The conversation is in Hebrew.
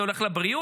זה הולך לבריאות,